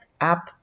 up